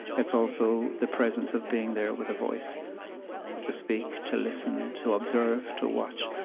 it's also the presence of being there with a voice to speak, to listen, to observe, to watch,